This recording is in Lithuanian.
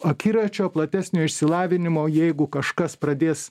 akiračio platesnio išsilavinimo jeigu kažkas pradės